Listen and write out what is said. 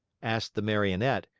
asked the marionette,